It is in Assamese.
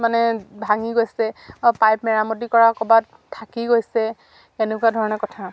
মানে ভাঙি গৈছে পাইপ মেৰামতি কৰা ক'বাত থাকি গৈছে এনেকুৱা ধৰণৰ কথা